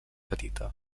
petita